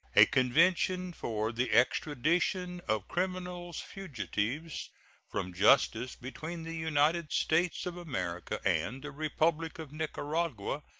a convention for the extradition of criminals fugitives from justice between the united states of america and the republic of nicaragua,